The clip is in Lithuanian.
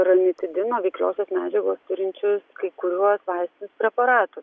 ranitidino veikliosios medžiagos turinčios kai kuriuos vaistinius preparatus